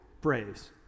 phrase